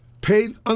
paid